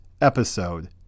episode